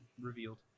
revealed